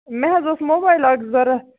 مےٚ حظ اوس موبایل اَکھ ضوٚرَتھ